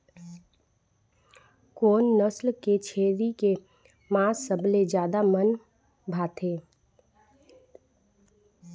कोन नस्ल के छेरी के मांस सबले ज्यादा मन भाथे?